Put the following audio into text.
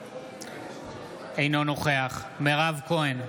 אינו נוכח מירב כהן,